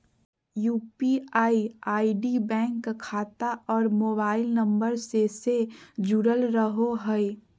UPI ID bank खाता और mobile number से से जुरल रहो हइ